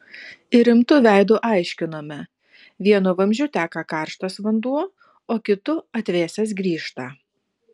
ir rimtu veidu aiškinome vienu vamzdžiu teka karštas vanduo o kitu atvėsęs grįžta